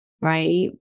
right